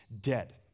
dead